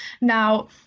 now